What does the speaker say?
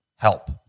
Help